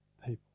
people